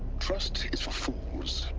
trust. is for fools.